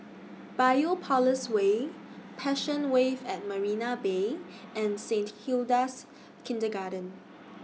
Biopolis Way Passion Wave At Marina Bay and Saint Hilda's Kindergarten